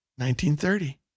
1930